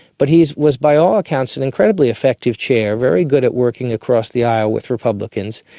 but he was by all accounts an incredibly effective chair, very good at working across the aisle with republicans.